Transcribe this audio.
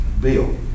Bill